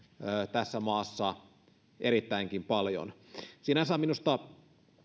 tässä maassa erittäinkin paljon sinänsä on minusta